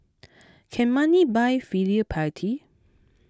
can money buy filial piety